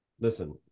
Listen